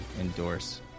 endorse